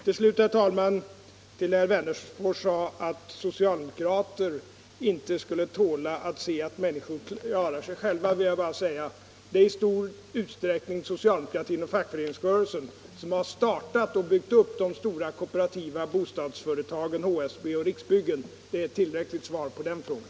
Till slut, herr talman, vill jag på det herr Wennerfors sade om att socialdemokrater inte skulle tåla att se att människor kan klara sig själva svara att det i stor utsträckning är socialdemokratin och fackföreningsrörelsen som har startat och byggt upp de stora kooperativa bostadsföretagen HSB och Riksbyggen. Det är tillräckligt svar på den frågan.